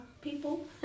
people